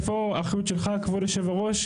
איפה האחריות שלך כבוד יושב הראש?